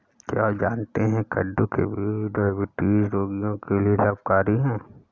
क्या आप जानते है कद्दू के बीज डायबिटीज रोगियों के लिए लाभकारी है?